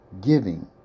giving